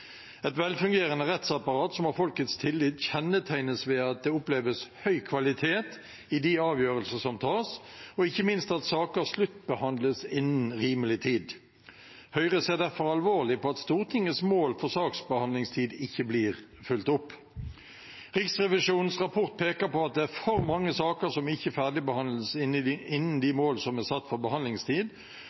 Et velfungerende rettsapparat som har folkets tillit, kjennetegnes ved at det oppleves å være høy kvalitet i de avgjørelsene som tas, og ikke minst ved at saker sluttbehandles innen rimelig tid. Høyre ser derfor alvorlig på at Stortingets mål for saksbehandlingstid ikke blir fulgt opp. Riksrevisjonens rapport peker på at det er for mange saker som ikke ferdigbehandles innen de mål som er satt for behandlingstid,